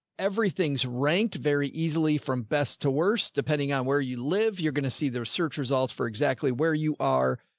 everything's ranked very easily from best to worst. depending on where you live, you're going to see their search results for exactly where you are.